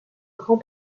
grand